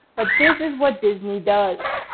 but this is what disney does.